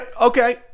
okay